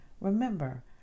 Remember